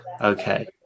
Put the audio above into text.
okay